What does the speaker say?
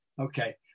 Okay